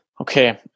Okay